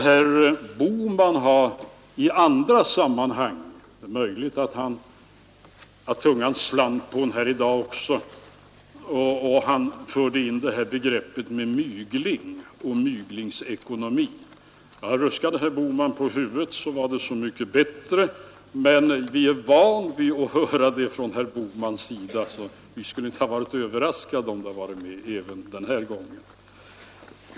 Herr Bohman har i andra sammanhang — det är möjligt att tungan slant på honom här i dag också — fört in begreppet mygling och myglingsekonomi. — Ruskade herr Bohman på huvudet, är det så mycket bättre, men vi är vana vid att höra det uttrycket från herr Bohman, så vi skulle inte ha varit överraskade om det varit med även den här gången.